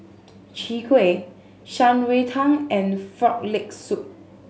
Chwee Kueh Shan Rui Tang and Frog Leg Soup